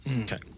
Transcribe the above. Okay